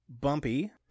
Bumpy